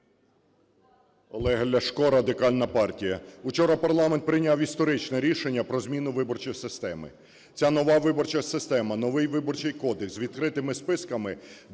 Олег Ляшко, Радикальна партія. Учора парламент прийняв історичне рішення про зміну виборчої системи. Ця нова виборча система, новий Виборчий кодекс з відкритими списками